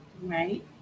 right